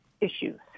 issues